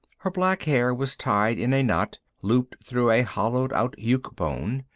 her black hair was tied in a knot, looped through a hollowed-out yuke bone.